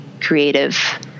creative